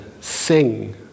Sing